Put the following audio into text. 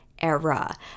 era